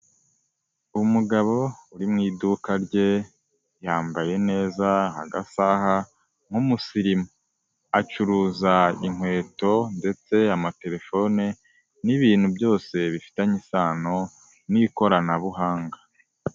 Umugabo uri mu iduka rye yambaye neza agasaha nk'umusirimu, acuruza inkweto ndetse amatelefone n'ibintu byose bifitanye isano n'ikoranabuhanga.